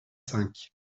cinq